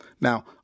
Now